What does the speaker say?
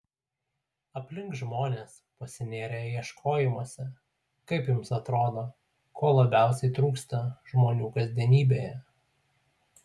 aplink žmonės pasinėrę ieškojimuose kaip jums atrodo ko labiausiai trūksta žmonių kasdienybėje